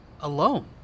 Alone